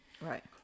Right